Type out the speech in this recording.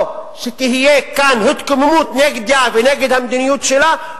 או שתהיה כאן התקוממות נגדה ונגד המדיניות שלה,